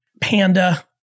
panda